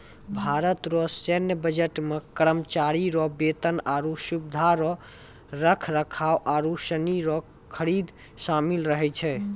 भारत रो सैन्य बजट मे करमचारी रो बेतन, आरो सुबिधा रो रख रखाव आरू सनी रो खरीद सामिल रहै छै